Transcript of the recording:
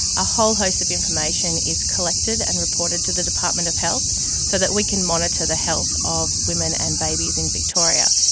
a whole host of information is collected and reported to the department of health health so that we can monitor the health of women and babies in victoria.